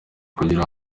kugira